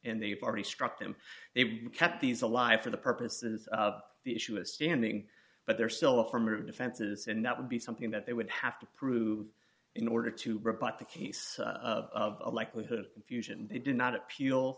and they've already struck them they kept these alive for the purposes of the issue of standing but they're still affirmative defenses and that would be something that they would have to prove in order to rebut the case of a likelihood of confusion and they did not appeal